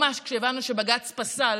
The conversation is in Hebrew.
ממש כשהבנו שבג"ץ פסל